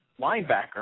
linebacker